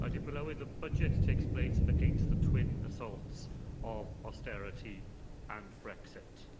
dirprwy lywydd, the budget takes place against the twin assaults of austerity and brexit.